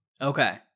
Okay